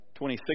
26